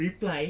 reply